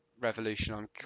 revolution